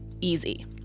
Easy